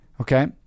Okay